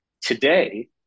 today